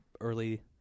early